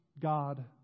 God